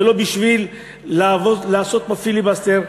ולא בשביל לעשות פה פיליבסטר,